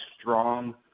strong